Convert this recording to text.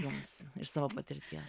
jums iš savo patirties